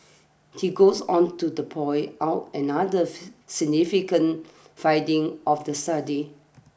he goes on to the point out another significant finding of the study